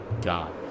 God